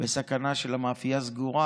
בסכנה של מאפייה סגורה,